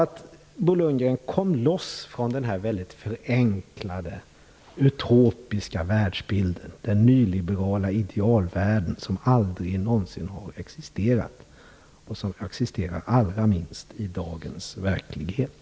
Bo Lundgren, kom loss från den förenklade, utopiska världsbilden, den nyliberala idealvärlden som aldrig någonsin har existerat och som existerar allra minst i dagens verklighet.